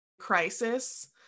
crisis